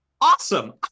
awesome